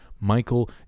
Michael